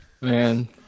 man